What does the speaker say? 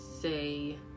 say